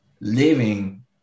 living